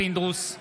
אינו נוכח משה פסל,